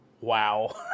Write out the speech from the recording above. Wow